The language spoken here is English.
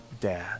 dad